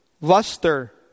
luster